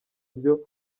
byo